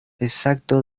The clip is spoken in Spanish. exacto